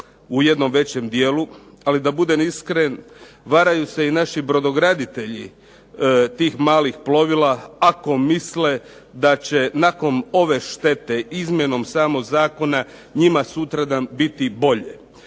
u jednom većem dijelu ali da budem iskren varaju se naši brodograditelji tih malih plovila ako misle da će nakon ove štete izmjenom samo Zakona njima sutradan biti bolje.